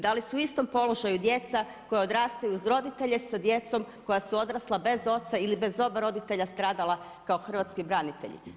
Da li su u istom položaju djeca koja odrastaju uz roditelje sa djecom koja su odrasla bez oca ili bez oba roditelja stradala kao hrvatski branitelji?